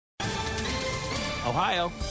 Ohio